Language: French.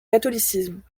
catholicisme